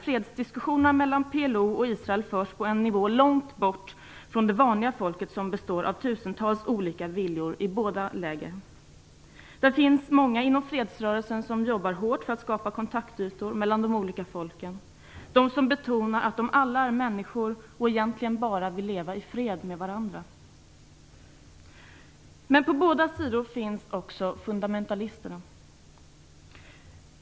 Fredsdiskussionerna mellan PLO och Israel förs på en nivå som ligger långt bort från det vanliga folket som består av tusentals olika viljor i båda lägren. Det finns många inom fredsrörelsen som jobbar hårt för att skapa kontaktytor mellan de olika folken. De betonar att de alla är människor som egentligen bara vill leva i fred med varandra. Men på båda sidor finns också fundamentalisterna.